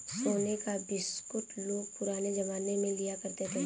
सोने का बिस्कुट लोग पुराने जमाने में लिया करते थे